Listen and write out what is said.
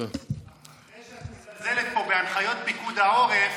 זה שאת מזלזלת פה בהנחיות פיקוד העורף,